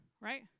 right